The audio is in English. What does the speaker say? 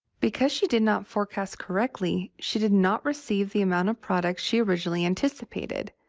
because she did not forecast correctly, she did not receive the amount of product she originally anticipated.